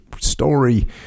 story